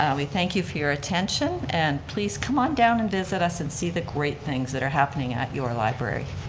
and we thank you for your attention and please come on down and visit us and see the great things that are happening at your library.